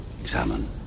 examine